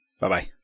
Bye-bye